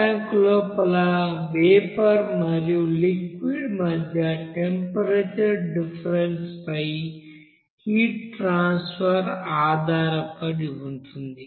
stir tank లోపల vapour మరియు liquid మధ్య టెంపరేచర్ డిఫరెన్స్ పై హీట్ ట్రాన్సఫర్ ఆధారపడి ఉంటుంది